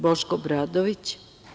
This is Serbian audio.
Boško Obradović.